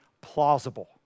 plausible